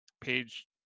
Page